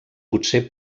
potser